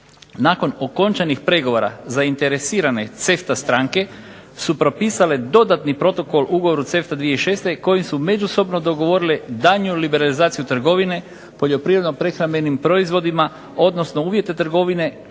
Nakon okončanih pregovora zainteresirane CEFTA stranke su propisale dodatni protokol ugovoru CEFTA 2006 kojim su međusobno dogovorile daljnju liberalizaciju trgovine poljoprivredno-prehrambenim proizvodima odnosno uvjete trgovine